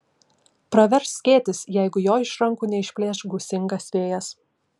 pravers skėtis jeigu jo iš rankų neišplėš gūsingas vėjas